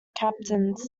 captains